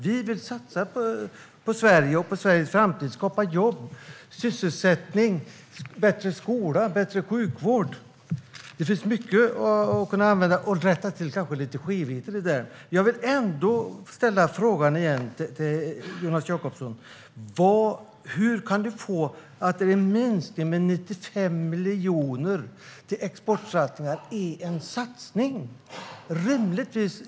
Vi vill satsa på Sverige och Sveriges framtid, skapa jobb och sysselsättning, bättre skola och bättre sjukvård. Det finns mycket att använda pengarna till och kanske för att rätta till lite skevheter. Jag vill ställa frågan igen till Jonas Jacobsson Gjörtler: Hur kan du få det till att en minskning med 95 miljoner till exportsatsningar är en satsning?